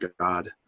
God